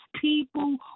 people